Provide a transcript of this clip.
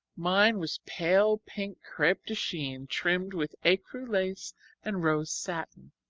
mine was pale pink crepe de chine trimmed with ecru lace and rose satin.